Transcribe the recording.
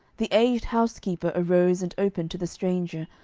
the aged housekeeper arose and opened to the stranger,